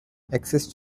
exists